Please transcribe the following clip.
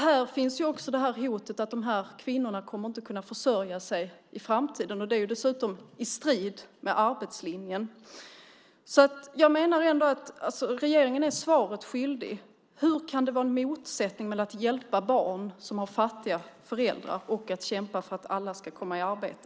Här finns också hotet att de här kvinnorna inte kommer att kunna försörja sig i framtiden. Det är dessutom i strid med arbetslinjen. Regeringen är svaret skyldig. Hur kan det vara en motsättning mellan att hjälpa barn som har fattiga föräldrar och att kämpa för att alla ska komma i arbete?